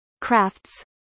crafts